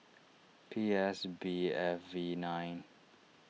P S B F V nine